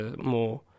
more